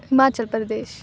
Himachal Pradesh